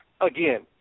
again